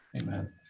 Amen